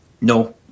No